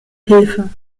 hilfe